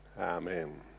Amen